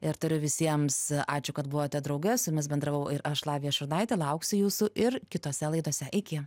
ir turiu visiems ačiū kad buvote drauge su jumis bendravau ir aš lavija šurnaitė lauksiu jūsų ir kitose laidose iki